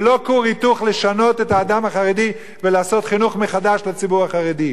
ולא כור היתוך לשנות את האדם החרדי ולעשות חינוך מחדש לציבור החרדים.